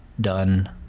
done